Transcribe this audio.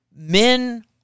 Men